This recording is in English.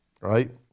right